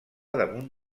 damunt